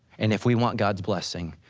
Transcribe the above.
and if we want god's blessing,